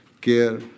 care